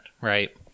Right